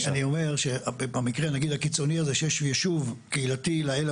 אני אומר שהמקרה נגיד הקיצוני הזה שיש יישוב קהילתי לעילא